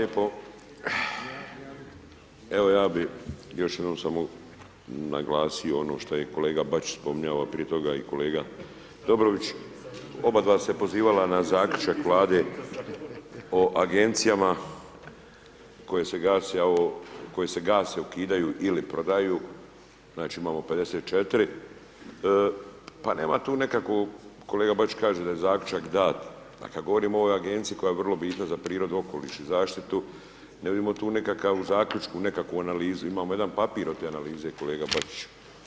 Evo ja bi još jednom samo naglasio ono šta je kolega Bačić spominjao, a prije toga i kolega Dobrović, oba dva su se pozivala na zaključak Vlade o agencijama koje se gase, a o koje se gase, ukidaju ili prodaju, znači imao 54, pa nema tu nekakvog, kolega Bačić kaže da je zaključak dat, a kad govorimo o ovoj agenciji koja je vrlo bitna za prirodu okoliš i zaštitu ne vidimo tu nekakav u zaključku, nekakvu analizu imao jedan papir od te analize kolega Bačiću.